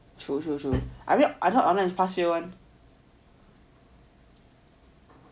true true true I mean I though online is pass fail [one]